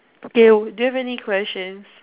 okay do you have any questions